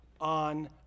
on